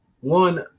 one